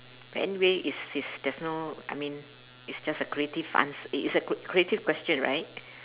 anyway is is there's no I mean it's just a creative ans~ it is a cr~ creative question right